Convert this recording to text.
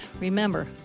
remember